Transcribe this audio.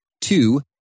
two